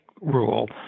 rule